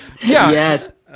Yes